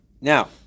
Now